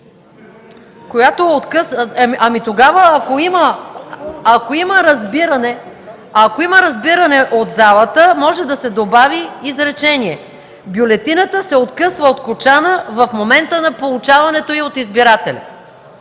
Тогава, ако има разбиране от залата, може да се добави изречение: „Бюлетината се откъсва от кочана в момента на получаването й от избирателя”,